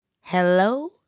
Hello